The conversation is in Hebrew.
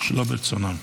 שלא ברצונם.